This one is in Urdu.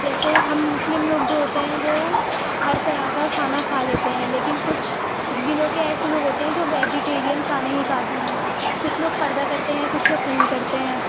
جیسے ہم مسلم لوگ جو ہوتے ہیں وہ ہر طرح کا کھانا کھا لیتے ہیں لیکن کچھ ضلعوں کے ایسے لوگ ہوتے ہیں جو ویجیٹیرین کھانا ہی کھاتے ہیں کچھ لوگ پردہ کرتے ہیں کچھ لوگ نہیں کرتے ہیں